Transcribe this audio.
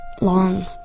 long